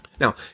Now